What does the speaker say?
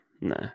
No